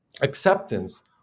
acceptance